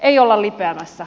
ei olla lipeämässä